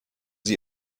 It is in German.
sie